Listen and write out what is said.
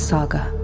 Saga